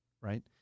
right